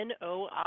NOI